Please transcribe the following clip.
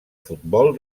futbol